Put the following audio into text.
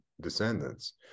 descendants